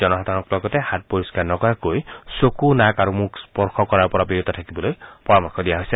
জনসাধাৰণক লগতে হাত পৰিষ্ণাৰ নকৰাকৈ চকু নাক আৰু মুখ স্পৰ্শ কৰাৰ পৰা বিৰত থাকিবলৈ পৰামৰ্শ দিয়া হৈছে